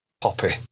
poppy